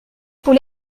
pour